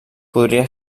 podria